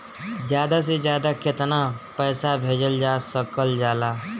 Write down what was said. ज्यादा से ज्यादा केताना पैसा भेजल जा सकल जाला?